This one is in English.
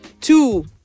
Two